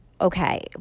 okay